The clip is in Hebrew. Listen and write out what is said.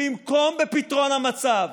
במקום בפתרון המצב